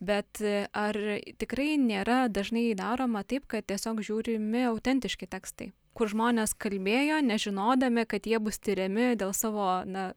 bet ar tikrai nėra dažnai daroma taip kad tiesiog žiūrimi autentiški tekstai kur žmonės kalbėjo nežinodami kad jie bus tiriami dėl savo na